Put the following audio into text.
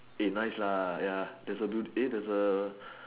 eh nice lah ya there's a building eh there's a